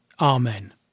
amen